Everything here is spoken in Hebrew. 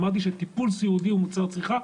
אמרתי שטיפול סיעודי הוא מוצר צריכה,